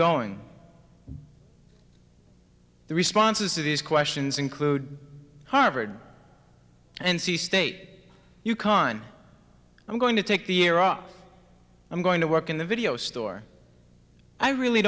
going the responses to these questions include harvard and c state u conn i'm going to take the iraq i'm going to work in the video store i really